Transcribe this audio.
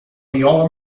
viola